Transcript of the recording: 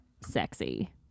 sexy